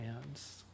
hands